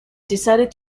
decided